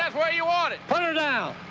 where you want it. put her down!